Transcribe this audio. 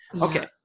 Okay